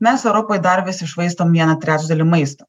mes europoj dar vis iššvaistom vieną trečdalį maisto